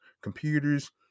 computers